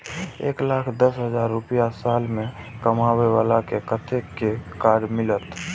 एक लाख दस हजार रुपया साल में कमाबै बाला के कतेक के कार्ड मिलत?